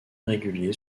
régulier